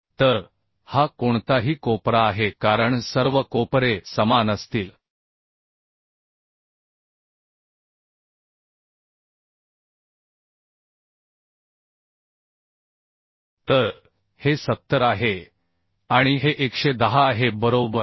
तर हा कोणताही कोपरा आहे कारण सर्व कोपरे समान असतील तर हे 70 आहे आणि हे 110 आहे बरोबर